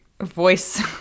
voice